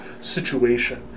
situation